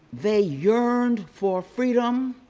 they yearned for freedom,